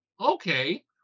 okay